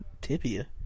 Tibia